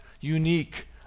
unique